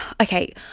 Okay